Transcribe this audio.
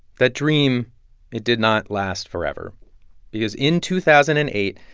that dream it did not last forever because in two thousand and eight,